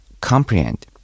comprehend